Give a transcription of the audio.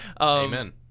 Amen